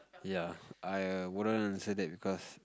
ya I wouldn't say that because